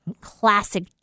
classic